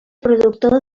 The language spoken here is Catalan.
productor